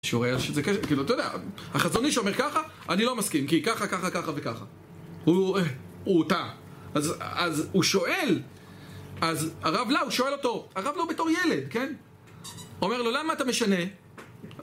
כאילו, אתה יודע, החזון איש שאומר ככה, אני לא מסכים, כי ככה, ככה, ככה וככה. הוא טעה. אז הוא שואל, אז הרב לאן, הוא שואל אותו, הרב לאן בתור ילד, כן? אומר לו, למה אתה משנה?